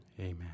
Amen